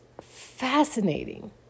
fascinating